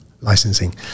licensing